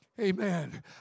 Amen